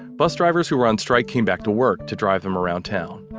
bus drivers who were on strike came back to work, to drive them around town.